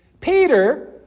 Peter